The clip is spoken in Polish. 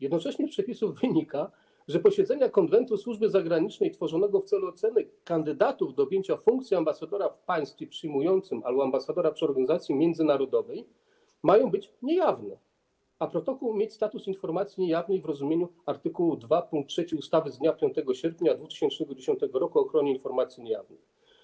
Jednocześnie z przepisów wynika, że posiedzenia Konwentu Służby Zagranicznej tworzonego w celu oceny kandydatów do objęcia funkcji ambasadora w państwie przyjmującym albo ambasadora przy organizacji międzynarodowej mają być niejawne, a protokół ma mieć status informacji niejawnej w rozumieniu art. 2 pkt 3 ustawy z dnia 5 sierpnia 2010 r. o ochronie informacji niejawnej.